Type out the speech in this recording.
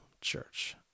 Church